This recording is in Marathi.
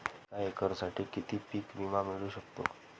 एका एकरसाठी किती पीक विमा मिळू शकतो?